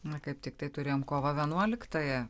na kaip tiktai turėjome kovo vienuoliktąją